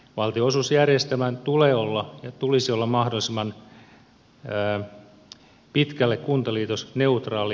valtionosuusjärjestelmän tulisi olla mahdollisimman pitkälle kuntaliitosneutraali